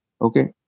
okay